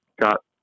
got